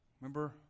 Remember